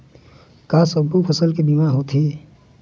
का सब्बो फसल के बीमा होथे?